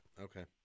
Okay